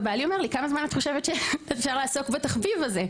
ובעלי אומר לי "כמה זמן את חושבת שאפשר לעסוק בתחביב הזה?"